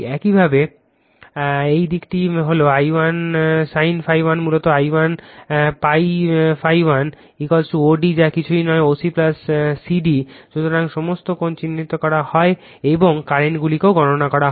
একইভাবে এই দিকটি হল I1 sin ∅ 1 মূলত I1 psi ∅ 1 OD যা কিছুই নয় OC CD সুতরাং সমস্ত কোণ চিহ্নিত করা হয় এবং কারেন্টগুলিও গণনা করা হয়